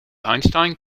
einstein